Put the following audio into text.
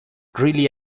really